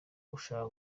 gushaka